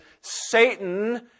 Satan